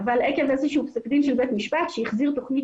עקב איזשהו פסק דין של בית משפט שהחזיר תוכנית